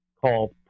called